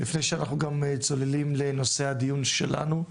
לפני שאנחנו צוללים לנושא הדיון שלנו,